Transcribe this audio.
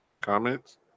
Comments